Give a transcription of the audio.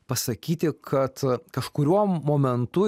pasakyti kad kažkuriuo momentu